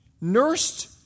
nursed